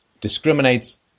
discriminates